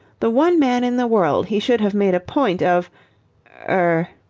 the one man in the world he should have made a point of er